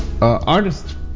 artist